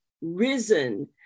risen